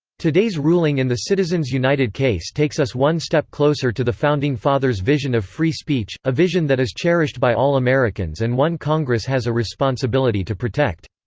today's ruling in the citizens united case takes us one step closer to the founding fathers' vision of free speech, a vision that is cherished by all americans and one congress has a responsibility to protect.